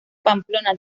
pamplona